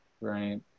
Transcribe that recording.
right